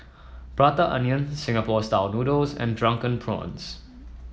Prata Onion Singapore style noodles and Drunken Prawns